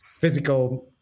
physical